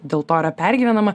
dėl to yra pergyvenama